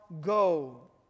go